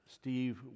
Steve